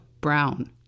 Brown